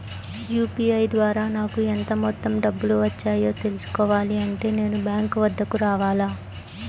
UPI ద్వారా నాకు ఎంత మొత్తం డబ్బులు వచ్చాయో తెలుసుకోవాలి అంటే నేను బ్యాంక్ వద్దకు రావాలా?